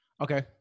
Okay